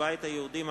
הבית היהודי,